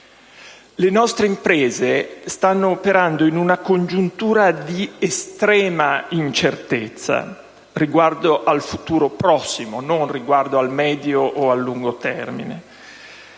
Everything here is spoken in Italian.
Le nostre imprese stanno operando in una congiuntura di estrema incertezza riguardo al futuro prossimo, non riguardo al medio o al lungo termine: